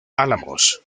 álamos